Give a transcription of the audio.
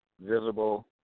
visible